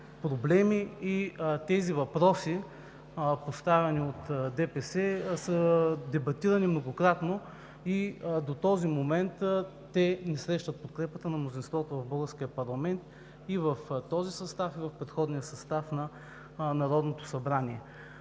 проблеми и тези въпроси, поставени от ДПС, са дебатирани многократно. До този момент те не срещат подкрепата на мнозинството в българския парламент и в този състав, и в предходния състав на Народното събрание.